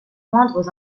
moindres